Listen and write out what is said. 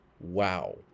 Wow